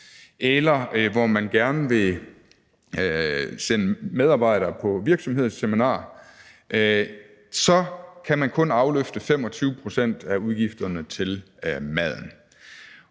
eller hvor man gerne vil sende medarbejdere på virksomhedsseminarer, så kan man kun afløfte 25 pct. af udgifterne til maden,